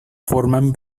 forman